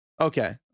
Okay